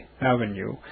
Avenue